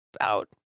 out